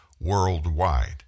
worldwide